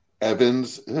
Evans